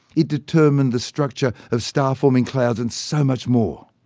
it determined the structure of star-forming clouds and so much more.